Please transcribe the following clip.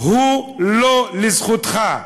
הוא לא לזכותך,